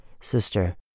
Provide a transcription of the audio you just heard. Sister